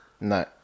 No